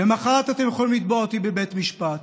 למוחרת אתם יכולים לתבוע אותי בבית משפט,